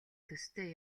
төстэй